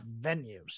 venues